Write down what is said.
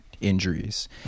injuries